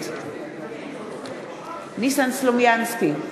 נגד ניסן סלומינסקי,